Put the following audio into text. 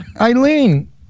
Eileen